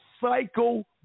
cycle